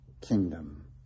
kingdom